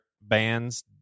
bands